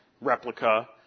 replica